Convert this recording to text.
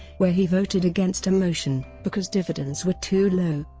where he voted against a motion, because dividends were too low.